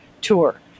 tour